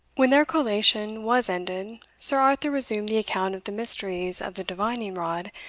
when their collation was ended, sir arthur resumed the account of the mysteries of the divining-rod,